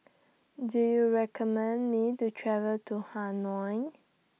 Do YOU recommend Me to travel to Hanoi